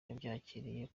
yabyakiriye